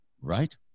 right